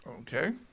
Okay